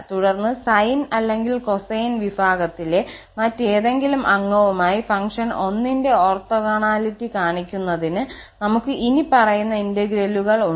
തുടർന്ന് സൈൻ അല്ലെങ്കിൽ കൊസൈൻ വിഭാഗത്തിലെ മറ്റേതെങ്കിലും അംഗവുമായി ഫംഗ്ഷൻ 1 ന്റെ ഓർത്തോഗോണാലിറ്റി കാണിക്കുന്നതിന് നമുക് ഇനിപ്പറയുന്ന ഇന്റഗ്രലുകൾ ഉണ്ട്